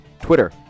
Twitter